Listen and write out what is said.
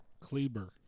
Kleber